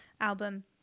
album